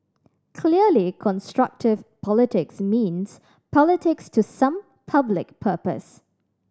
clearly constructive politics means politics to some public purpose